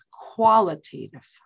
qualitative